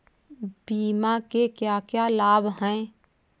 बीमा के क्या क्या लाभ हैं?